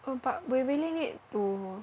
oh but we really need to